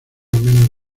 menos